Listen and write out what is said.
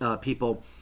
people